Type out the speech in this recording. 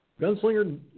Gunslinger